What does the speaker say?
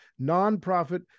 nonprofit